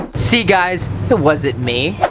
see guys, it wasn't me.